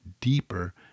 deeper